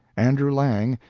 andrew lang,